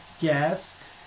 guest